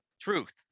truth